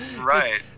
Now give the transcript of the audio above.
right